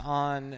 on